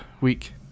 week